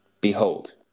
Behold